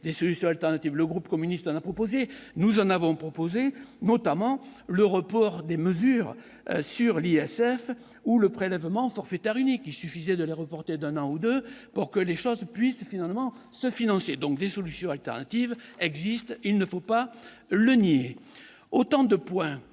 des solutions alternatives, le groupe communiste la proposé, nous en avons proposé notamment le report des mesures sur l'ISF ou le prélèvement forfaitaire unique, il suffisait de les reporter d'un an ou 2 pour que les choses puissent finalement ce financier, donc des solutions alternatives existent, il ne faut pas le nier,